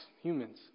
humans